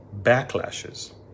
backlashes